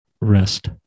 rest